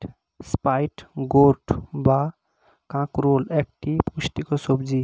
spine gourd বা কাঁকরোল একটি পুষ্টিকর সবজি